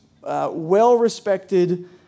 well-respected